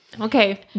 okay